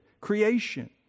Creation